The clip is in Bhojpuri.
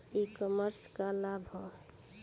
ई कॉमर्स क का लाभ ह?